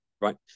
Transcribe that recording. Right